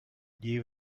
gli